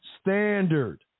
standard